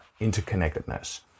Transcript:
interconnectedness